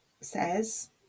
says